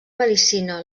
medicina